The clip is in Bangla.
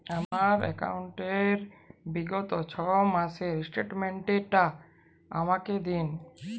আমার অ্যাকাউন্ট র বিগত ছয় মাসের স্টেটমেন্ট টা আমাকে দিন?